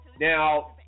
Now